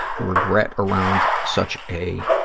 regret around such a